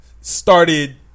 started